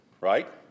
right